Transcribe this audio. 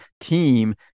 team